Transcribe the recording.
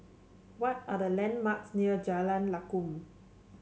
what are the landmarks near Jalan Lakum